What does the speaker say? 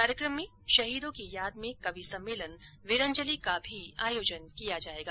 कार्यक्रम में शहीदों की याद में कवि सम्मेलन वीरंजली का भी आयोजन किया जायेगा